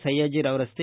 ಸಯ್ಯಾಜರಾವ್ ರಸ್ತೆ